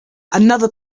another